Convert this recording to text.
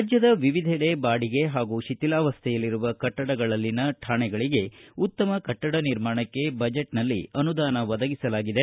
ರಾಜ್ವದ ವಿವಿಧೆಡೆ ಬಾಡಿಗೆ ಹಾಗೂ ಶಿಥಿಲಾವಸ್ವೆಯಲ್ಲಿರುವ ಕಟ್ಟಡಗಳಲ್ಲಿನ ಠಾಣೆಗಳಿಗೆ ಉತ್ತಮ ಕಟ್ಟಡ ನಿಮಾಣಕ್ಕೆ ಬಜೆಟ್ನಲ್ಲಿ ಅನುದಾನ ಒದಗಿಸಲಾಗಿದೆ